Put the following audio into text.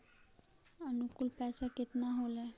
अनुकुल पैसा केतना होलय